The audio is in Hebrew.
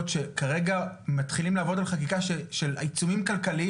שכרגע מתחילים לעבוד על חקיקה של עיצומים כלכליים